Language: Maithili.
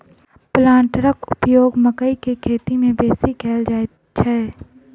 प्लांटरक उपयोग मकइ के खेती मे बेसी कयल जाइत छै